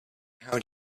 how